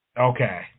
Okay